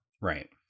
Right